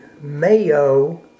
Mayo